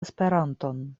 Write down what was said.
esperanton